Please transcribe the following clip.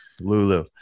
Lulu